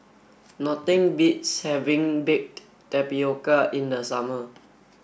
nothing beats having baked tapioca in the summer